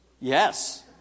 Yes